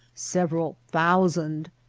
several thousand.